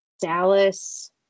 Dallas